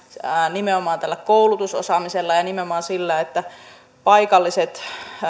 nimenomaan tällä koulutusosaamisella ja nimenomaan sillä että paikalliset